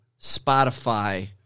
Spotify